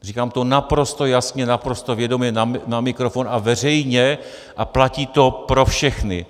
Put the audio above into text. Říkám to naprosto jasně, naprosto vědomě na mikrofon a veřejně a platí to pro všechny.